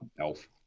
Elf